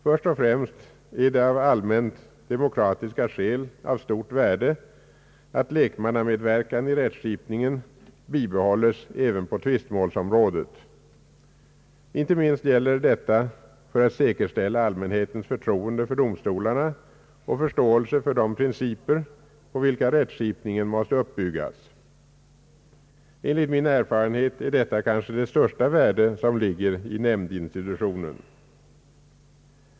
Först och främst är det av allmänt demokratiska skäl av stort värde att lekmannamedverkan i rättskipning bibehålles även på tvistemålsområdet. Inte minst gäller det att säkerställa allmänhetens förtroende för domstolarna och förståelse för de principer på vilka rättskipningen måste bygga. Enligt min erfarenhet är detta kanske det största värde som ligger i nämndinstitutionen.